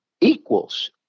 equals